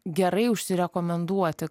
gerai užsirekomenduoti